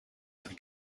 have